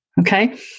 Okay